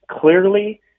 clearly